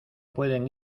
pueden